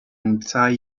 entire